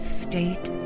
state